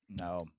No